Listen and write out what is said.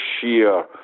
sheer